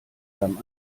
lamm